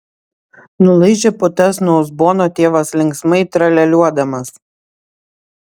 nulaižė putas nuo uzbono tėvas linksmai tralialiuodamas